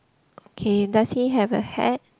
okay does he have a hat